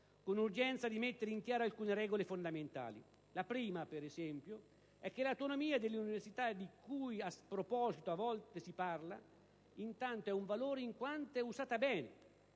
con urgenza, di mettere in chiaro alcune regole fondamentali. La prima, per esempio, è che l'autonomia delle università, di cui a volte si parla a sproposito, intanto è un valore in quanto è usata bene;